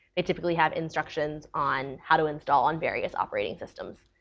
it typically has instructions on how to install on various operating systems.